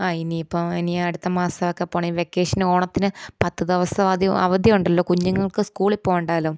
ആ ഇനിയിപ്പോൾ ഇനി അടുത്തമാസമൊക്കെ പോവണമെങ്കിൽ വെക്കേഷന് ഓണത്തിന് പത്തു ദിവസം അവധി അവധിയുണ്ടല്ലോ കുഞ്ഞുങ്ങൾക്ക് സ്കൂളിൽ പോകേണ്ടല്ലോ